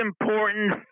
important